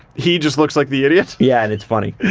he just looks like the idiot. yeah, and it's funny.